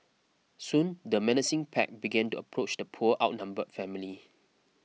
soon the menacing pack began to approach the poor outnumbered family